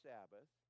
Sabbath